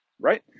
right